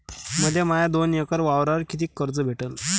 मले माया दोन एकर वावरावर कितीक कर्ज भेटन?